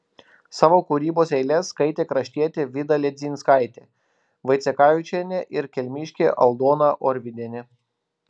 savo kūrybos eiles skaitė kraštietė vida ledzinskaitė vaicekavičienė ir kelmiškė aldona orvidienė